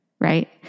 right